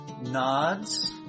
nods